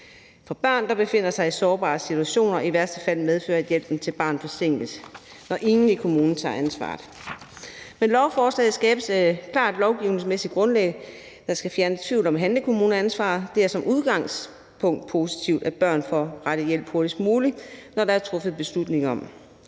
For børn, der befinder sig i sårbare situationer, vil det i værste tilfælde medføre, at hjælpen til barnet forsinkes, når ingen i kommunen tager ansvaret. Med lovforslaget skabes et klart lovgivningsmæssigt grundlag, der skal fjerne tvivl om handlekommuneansvaret, og det er som udgangspunkt positivt, at børn får den rette hjælp hurtigst muligt, når der er truffet beslutning om det.